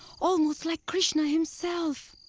almost like krishna, himself!